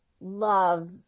love